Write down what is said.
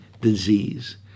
disease